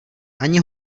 ani